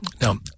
Now